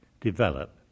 develop